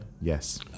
yes